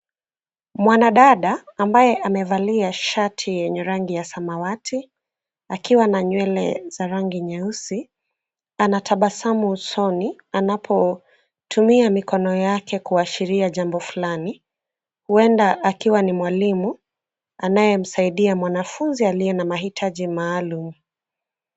Mwanadada ambaye amevalia shati yenye rangi ya samawati akiwa na nywele za rangi nyeusi, anatabasamu usoni anapotumia mikono yake kuashiria jambo fulani. Huenda akiwa ni mwalimu anayemsaidia mwanafunzi aliye na mahitaji maalum.